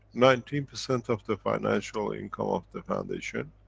nineteen percent of the financial income of the foundation,